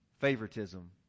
favoritism